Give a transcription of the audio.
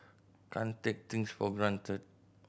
can't take things for granted